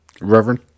Reverend